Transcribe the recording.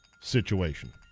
situation